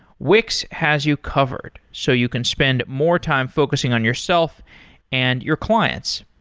wix has you covered, so you can spend more time focusing on yourself and your clients.